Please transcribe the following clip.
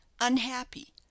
unhappy